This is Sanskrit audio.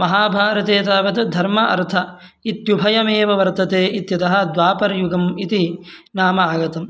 महाभारते तावत् धर्मः अर्थः इत्युभयमेव वर्तते इत्यतः द्वापर्युगम् इति नाम आगतम्